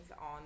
on